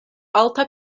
alta